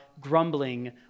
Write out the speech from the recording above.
grumbling